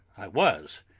i was.